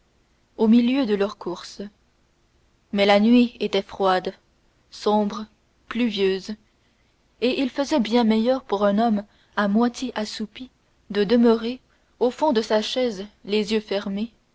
au milieu de leur course mais la nuit était froide sombre pluvieuse et il faisait bien meilleur pour un homme à moitié assoupi de demeurer au fond de sa chaise les yeux fermés